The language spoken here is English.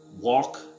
walk